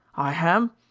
i ham.